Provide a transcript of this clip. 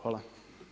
Hvala.